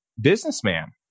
businessman